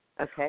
Okay